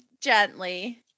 gently